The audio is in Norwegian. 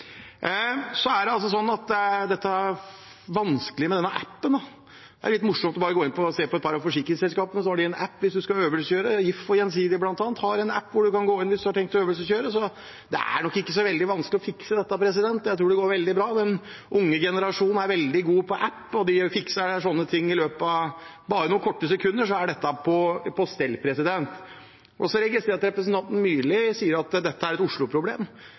med denne appen: Det er litt morsomt å gå inn og se på et par av forsikringsselskapene – de har en app hvis du skal øvelseskjøre. Blant annet If og Gjensidige har en app hvor du kan gå inn. Så det er nok ikke så veldig vanskelig å fikse dette – jeg tror det går veldig bra. Den unge generasjonen er veldig god på apper, de fikser sånne ting. I løpet av noen korte sekunder er dette på stell. Så registrerer jeg at representanten Myrli sier at dette er et